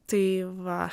tai va